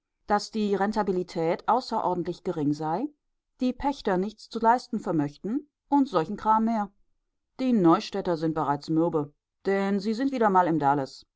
daß die rentabilität außerordentlich gering sei die pächter nichts zu leisten vermöchten und solchen kram mehr die neustädter sind bereits mürbe denn sie sind wieder mal im dalles